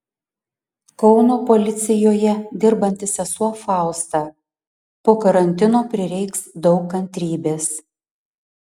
kauno policijoje dirbanti sesuo fausta po karantino prireiks daug kantrybės